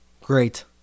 Great